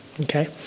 Okay